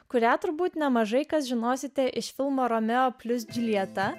kurią turbūt nemažai kas žinosite iš filmo romeo plius džiuljeta